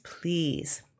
please